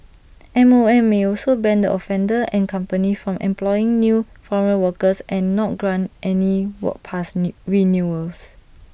M O M may also ban the offender and company from employing new foreign workers and not grant any work pass new renewals